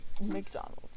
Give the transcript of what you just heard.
McDonald's